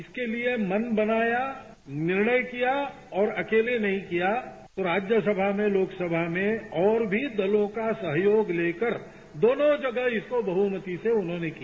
इसके लिए मन बनाया निर्णय किया और अकेले नहीं किया राज्यसभा में लोकसभा में और भी दलों का सहयोग लेकर दोनों जगह इसको बहुमत से उन्होंने किया